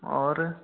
और